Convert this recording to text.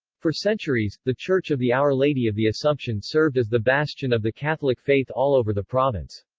for centuries, the church of the our lady of the assumption served as the bastion of the catholic faith all over the province.